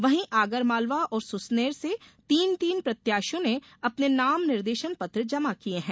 वहीं आगरमालवा और सुसनेर से तीन तीन प्रत्याशियों ने अपने नाम निर्देशन पत्र जमा किये है